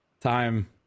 time